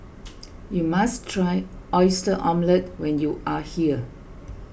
you must try Oyster Omelette when you are here